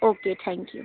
okay thank you